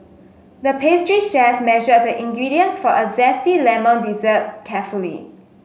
the pastry chef measured the ingredients for a zesty lemon dessert carefully